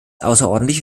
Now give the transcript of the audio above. außerordentlich